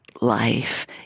life